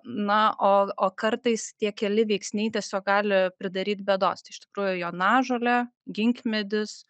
na o o kartais tie keli veiksniai tiesiog gali pridaryt bėdos tai iš tikrųjų jonažolė ginkmedis